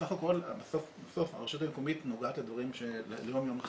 בסך הכול בסוף הרשות המקומית נוגעת לדברים של היום יום,